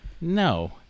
No